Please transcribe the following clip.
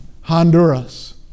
Honduras